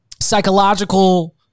psychological